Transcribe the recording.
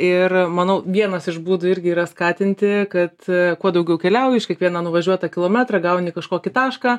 ir manau vienas iš būdų irgi yra skatinti kad kuo daugiau keliauji už kiekvieną nuvažiuotą kilometrą gauni kažkokį tašką